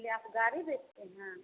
लिए आप गाड़ी बेचते हैं